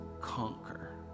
conquer